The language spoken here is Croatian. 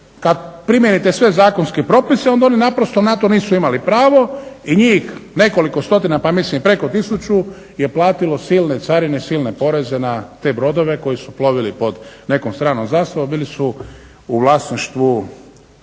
kad primijenite sve zakonske propise onda oni naprosto na to nisu imali pravo i njih nekoliko stotina, pa mislim preko tisuću je platilo silne carine, silne poreze na te brodove koji su plovili pod nekom stranom zastavom, bili su u vlasništvu